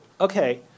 Okay